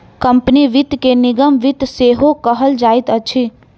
company वित्त के निगम वित्त सेहो कहल जाइत अछि